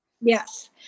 Yes